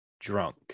drunk